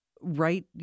right